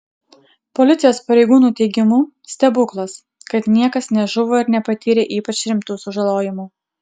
policijos pareigūnų teigimu stebuklas kad niekas nežuvo ir nepatyrė ypač rimtų sužalojimų